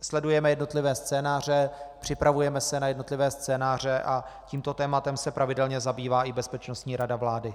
Sledujeme jednotlivé scénáře, připravujeme se na jednotlivé scénáře a tímto tématem se pravidelně zabývá i Bezpečnostní rada vlády.